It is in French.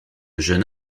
jeune